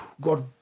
God